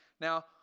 now